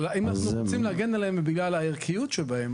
אבל אם אנחנו רוצים להגן עליהם בגלל הערכיות שלהם,